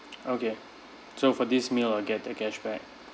okay so for this meal I'll get the cashback